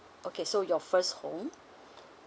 okay so your first home